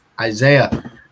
Isaiah